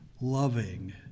loving